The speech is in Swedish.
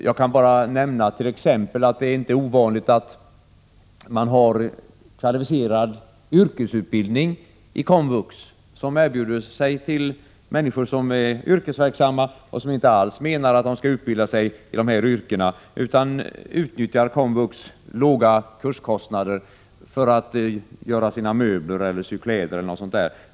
Jag kan nämna att det inte är ovanligt att man i komvux har kvalificerad yrkesutbildning, som erbjuds till människor som är yrkesverksamma och inte alls avser att utbilda sig i dessa yrken, utan utnyttjar komvux låga kurskostnader för att där göra sina egna möbler, sy kläder o. d.